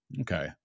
Okay